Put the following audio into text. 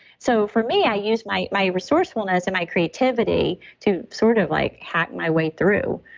so for me, i use my my resourcefulness and my creativity to sort of like hack my way through,